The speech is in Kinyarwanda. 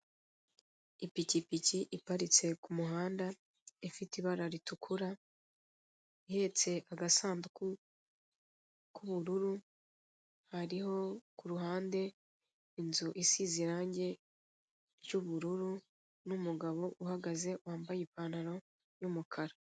Ipikipiki iparitse ku muhanda, ifite ibara ritukura, ihetse agasanduku k'ubururu, hariho ku ruhande inzu isize irangi ry'ubururu n'umugabo uhagaze wambaye ipantaro y'umukara.